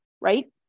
right